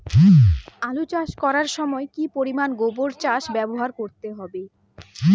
আলু চাষ করার সময় কি পরিমাণ গোবর সার ব্যবহার করতে হবে?